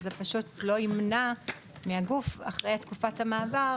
זה פשוט לא ימנע מהגוף אחרי תקופת המעבר